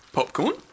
Popcorn